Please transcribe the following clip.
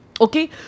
Okay